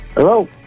Hello